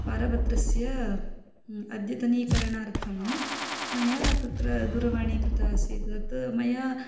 पारपत्रस्य अद्यतनीकरणार्थं मया तत्र दूरवाणी कृता आसीत् तत् मया